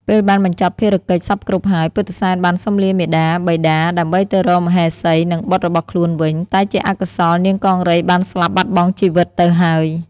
ពេលបានបញ្ចប់ភារកិច្ចសព្វគ្រប់ហើយ ពុទ្ធិសែនបានសុំលាមាតាបិតាដើម្បីទៅរកមហេសី និងបុត្ររបស់ខ្លួនវិញ តែជាអកុសលនាងកង្រីបានស្លាប់បាត់បង់ជីវិតទៅហើយ។